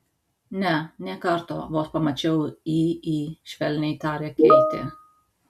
ne nė karto vos pamačiau į į švelniai tarė keitė